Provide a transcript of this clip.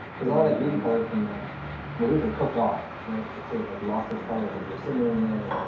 because all that green color from the molito cooked off, right? it sort of like lost its color because you're simmering it,